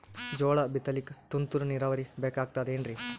ಜೋಳ ಬಿತಲಿಕ ತುಂತುರ ನೀರಾವರಿ ಬೇಕಾಗತದ ಏನ್ರೀ?